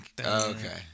Okay